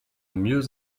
mieux